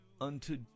unto